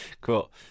cool